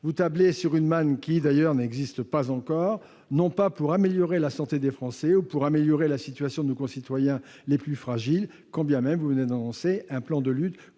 vous tablez sur une manne qui, d'ailleurs, n'existe pas encore, et ce non pas pour améliorer la santé des Français ou la situation de nos concitoyens les plus fragiles- même si vous venez d'annoncer un plan de lutte